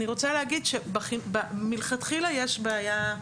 אני רוצה להגיד שמלכתחילה יש בעיה,